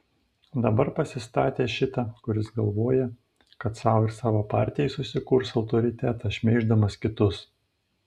dabar pasistatė šitą kuris galvoja kad sau ir savo partijai susikurs autoritetą šmeiždamas kitus